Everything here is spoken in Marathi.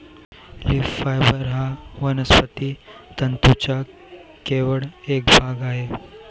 लीफ फायबर हा वनस्पती तंतूंचा केवळ एक भाग आहे